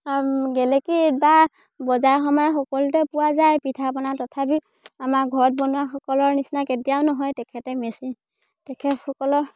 গেলেকীত বা বজাৰ সমাৰ সকলোতে পোৱা যায় পিঠা পনা তথাপিও আমাৰ ঘৰত বনোৱাসকলৰ নিচিনা কেতিয়াও নহয় তেখেতে মেচিন তেখেতসকলৰ